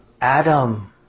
Adam